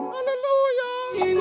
Hallelujah